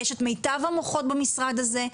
יש את מיטב המוחות במשרד הזה,